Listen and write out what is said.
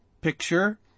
picture